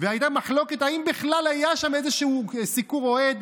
והייתה מחלוקת אם בכלל היה שם איזשהו סיקור אוהד,